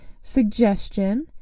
suggestion